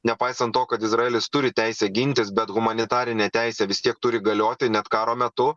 nepaisant to kad izraelis turi teisę gintis bet humanitarinė teisė vis tiek turi galioti net karo metu